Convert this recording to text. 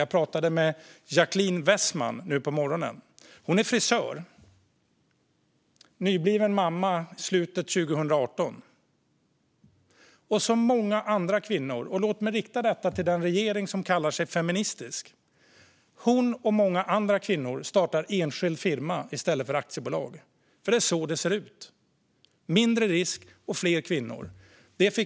Jag pratade med Jacquline Wessman nu på morgonen. Hon är frisör, och hon var nybliven mamma i slutet av 2018. Låt mig rikta detta till den regering som kallar sig feministisk: Hon, och många andra kvinnor, har startat enskild firma i stället för aktiebolag - det är så det ser ut. Det är mindre risk och fler kvinnor.